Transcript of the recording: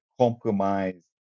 compromise